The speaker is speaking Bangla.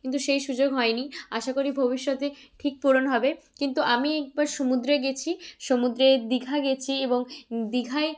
কিন্তু সেই সুযোগ হয়নি আশা করি ভবিষ্যতে ঠিক পূরণ হবে কিন্তু আমি একবার সমুদ্রে গিয়েছি সমুদ্রে দীঘা গিয়েছি এবং দীঘায়